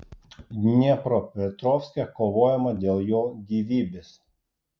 dniepropetrovske kovojama dėl jo gyvybės